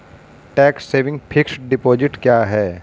Tax saving fixed deposit क्या है?